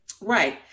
right